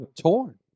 Torn